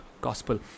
gospel